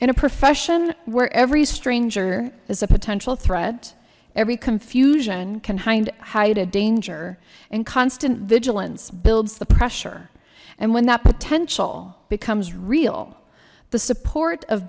in a profession where every stranger is a potential threat every confusion can hide hide a danger and constant vigilance builds the pressure and when that potential becomes real the support of